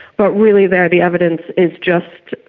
but really there the evidence is just,